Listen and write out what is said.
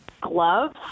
gloves